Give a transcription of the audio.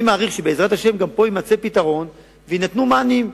אני מעריך שבעזרת השם גם פה יימצאו פתרונות ויינתנו מענים.